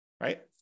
right